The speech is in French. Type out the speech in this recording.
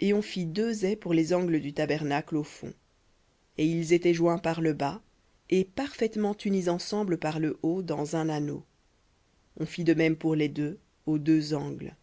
et on fit deux ais pour les angles du tabernacle au fond et ils étaient joints par le bas et parfaitement unis ensemble par le haut dans un anneau on fit de même pour les deux aux deux angles